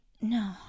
No